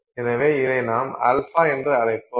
எனவே இதை நாம் α என்று அழைப்போம்